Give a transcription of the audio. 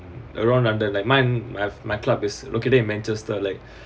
around london like that mine I have my clubs located in manchester like